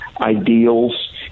ideals